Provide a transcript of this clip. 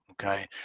Okay